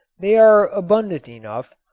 they are abundant enough,